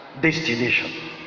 destination